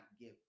give